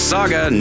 Saga